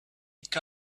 pick